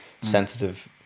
sensitive